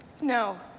No